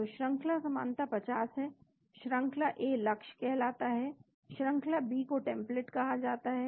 तो श्रंखला समानता 50 है श्रंखला ए लक्ष्य कह लाता है श्रंखला बी को टेम्पलेट कहा जाता है